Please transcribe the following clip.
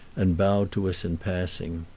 and bowed to us in passing.